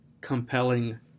compelling